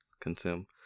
consume